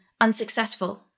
unsuccessful